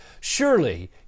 Surely